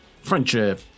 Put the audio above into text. Friendship